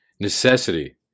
necessity